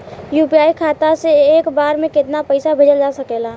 UPI खाता से एक बार म केतना पईसा भेजल जा सकेला?